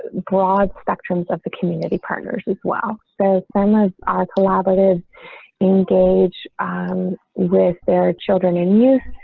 broad spectrum of the community partners as well. so some of our collaborative engage um with their children and youth.